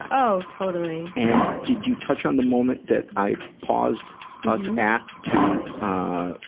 oh, totally! and, did you touch on the moment that i paused us at to, ah,